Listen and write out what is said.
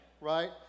Right